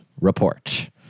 report